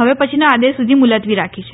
હવે પછીના આદેશ સુધી મુલતવી રાખી છે